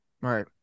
Right